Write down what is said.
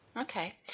Okay